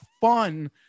fun